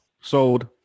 Sold